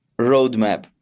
roadmap